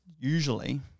usually